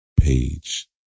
page